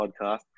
podcast